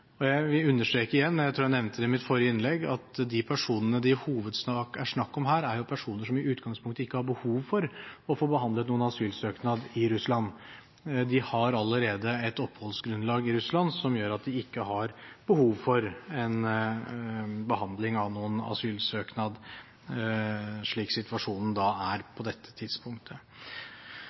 Jeg vil understreke igjen – jeg tror jeg nevnte det i mitt forrige innlegg – at de personene det i hovedsak er snakk om her, er personer som i utgangspunktet ikke har behov for å få behandlet noen asylsøknad i Russland. De har allerede et oppholdsgrunnlag i Russland som gjør at de ikke har behov for en behandling av noen asylsøknad, slik situasjonen